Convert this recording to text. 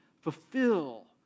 fulfill